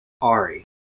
Ari